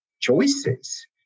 choices